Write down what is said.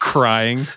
Crying